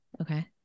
Okay